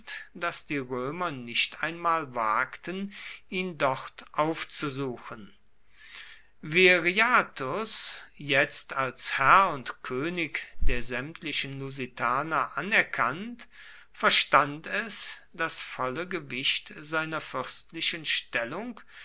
daß die römer nicht einmal wagten ihn dort aufzusuchen viriathus jetzt als herr und könig der sämtlichen lusitaner anerkannt verstand es das volle gewicht seiner fürstlichen stellung